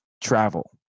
travel